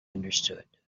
understood